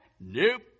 Nope